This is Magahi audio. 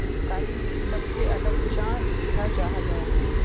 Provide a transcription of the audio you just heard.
काली मिट्टी सबसे अलग चाँ दिखा जाहा जाहा?